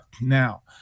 now